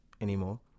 anymore